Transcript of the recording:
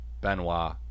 Benoit